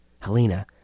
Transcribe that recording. Helena